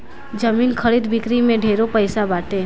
जमीन खरीद बिक्री में ढेरे पैसा बाटे